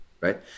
right